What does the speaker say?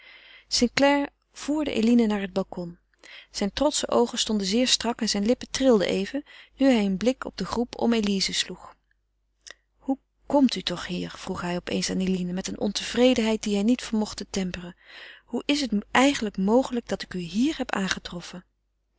clare voerde eline naar het balcon zijn trotsche oogen stonden zeer strak en zijn lippen trilden even nu hij een blik op de groep om elize sloeg hoe komt u toch hier vroeg hij op eens aan eline met een ontevredenheid die hij niet vermocht te temperen hoe is het eigenlijk mogelijk dat ik u hier heb aangetroffen